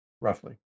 roughly